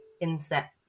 inset